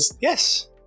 yes